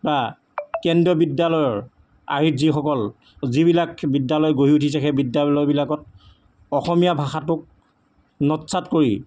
বা কেন্দ্ৰীয় বিদ্যালয়ৰ আৰ্হিত যিসকল যিবিলাক বিদ্যালয় গঢ়ি উঠিছে সেই বিদ্যালয়বিলাকত অসমীয়া ভাষাটোক নৎসাত কৰি